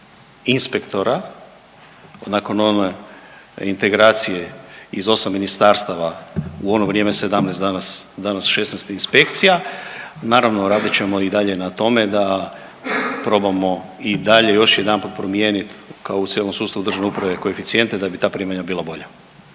inspektora nakon one integracije iz 8 ministarstava, u ono vrijeme 17, danas 16 inspekcija. Naravno radit ćemo i dalje na tome da probamo i dalje još jedanput promijeniti kao u cijelom sustavu državne uprave koeficijente da bi ta primanja bila bolja.